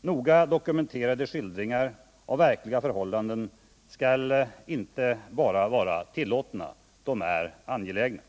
Noga dokumenterade skildringar av verkliga förhållanden skall inte bara vara tillåtna, de är angelägna.